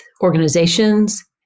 organizations